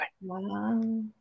Wow